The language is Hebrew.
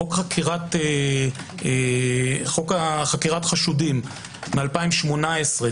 חוק חקירת חשודים מ-2018,